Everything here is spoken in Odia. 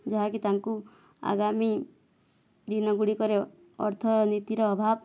ଯାହାକି ତାଙ୍କୁ ଆଗାମୀ ଦିନ ଗୁଡ଼ିକର ଅର୍ଥନୀତିର ଅଭାବ